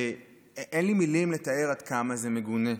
אין לי מילים לתאר עד כמה זה מגונה.